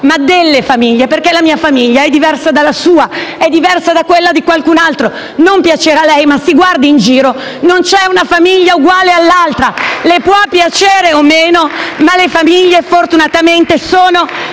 - delle famiglie perché la mia famiglia è diversa dalla sua ed è diversa da quella di qualcun altro. Non piacerà a lei, ma si guardi in giro; non c'è una famiglia uguale all'altra. *(Applausi dal Gruppo PD)*. Le può piacere o meno, ma le famiglie, fortunatamente, sono